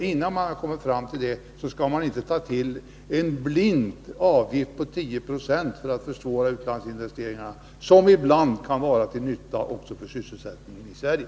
Innan man har kommit fram till hur det förhåller sig bör man inte ta till en blind avgift på 10 90 för att försvåra utlandsinvesteringarna, som ibland kan vara till nytta också för sysselsättningen i Sverige.